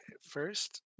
First